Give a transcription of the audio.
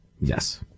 Yes